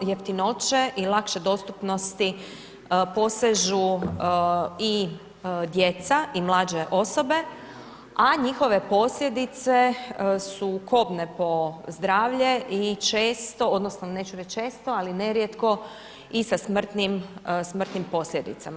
jeftinoće i lakše dostupnosti posežu i djeca i mlađe osobe, a njihove posljedice su kobne po zdravlje i često odnosno neću reći često, ali nerijetko i sa smrtnim posljedicama.